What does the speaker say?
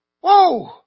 Whoa